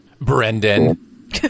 brendan